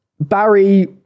Barry